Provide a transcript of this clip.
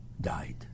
died